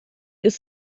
ist